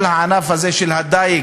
כל הענף הזה של הדיג